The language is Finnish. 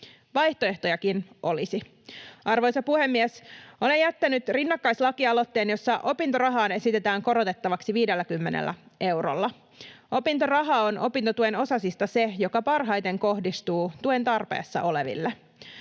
Vaihtoehtojakin olisi. Arvoisa puhemies! Olen jättänyt rinnakkaislakialoitteen, jossa opintorahaa esitetään korotettavaksi 50 eurolla. Opintoraha on opintotuen osasista se, joka parhaiten kohdistuu tuen tarpeessa oleville.